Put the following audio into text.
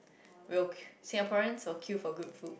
we'll queue Singaporeans will queue for good food